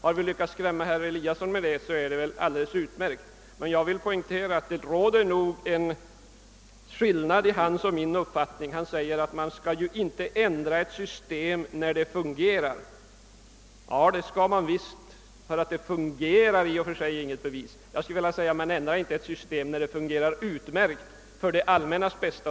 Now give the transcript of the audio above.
Har vi lyckats skrämma herr Eliasson är det utmärkt, men jag vill poängtera att det nog finns en skillnad mellan hans och min uppfattning. Han sade att man inte skall ändra ett system när det fungerar, men det kan man visst göra ty att det fungerar är i och för sig inget bevis. Jag skulle i stället vilja säga att man inte skall ändra ett system, om det fungerar utmärkt med tanke på det allmännas bästa.